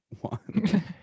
one